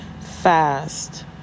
fast